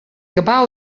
gebou